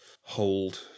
hold